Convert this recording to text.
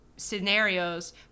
scenarios